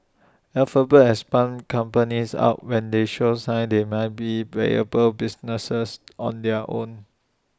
alphabet has spun companies out when they show signs they might be viable businesses on their own